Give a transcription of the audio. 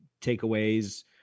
takeaways